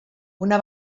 una